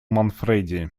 манфреди